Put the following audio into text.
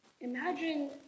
Imagine